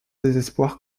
désespoir